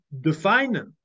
define